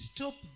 Stop